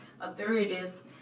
authorities